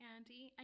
Andy